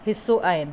हिसो आहिनि